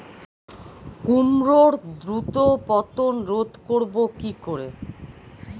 কুমড়োর দ্রুত পতন রোধ করব কি করে?